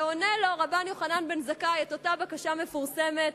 ועונה לו רבן יוחנן בן זכאי את אותה בקשה מפורסמת: